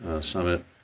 summit